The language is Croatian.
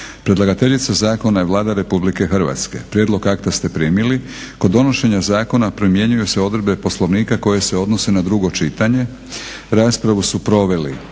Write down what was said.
Predlagateljica zakona je Vlada RH. Prijedlog akta ste primili. Kod donošenja zakona primjenjuju se odredbe Poslovnika koje se odnose na drugo čitanje. Raspravu su proveli